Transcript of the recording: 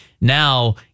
Now